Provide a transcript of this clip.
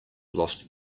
lost